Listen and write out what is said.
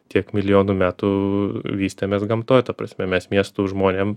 tiek milijonų metų vystėmės gamtoj ta prasme mes miestų žmonėm